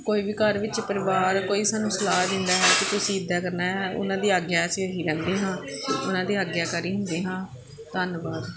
ਕੋਈ ਵੀ ਘਰ ਵਿੱਚ ਪਰਿਵਾਰ ਕੋਈ ਸਾਨੂੰ ਸਲਾਹ ਦਿੰਦਾ ਹੈ ਕਿ ਤੁਸੀਂ ਇੱਦਾਂ ਕਰਨਾ ਹੈ ਉਹਨਾਂ ਦੀ ਆਗਿਆ ਅਸੀਂ ਲੈਂਦੇ ਹਾਂ ਉਹਨਾਂ ਦੇ ਆਗਿਆਕਾਰੀ ਹੁੰਦੇ ਹਾਂ ਧੰਨਵਾਦ